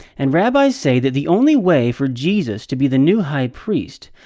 and rabbis say that the only way for jesus to be the new high priest,